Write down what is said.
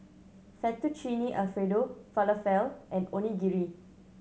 Fettuccine Alfredo Falafel and Onigiri